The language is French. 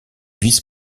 vice